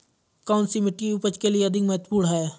कौन सी मिट्टी उपज के लिए अधिक महत्वपूर्ण है?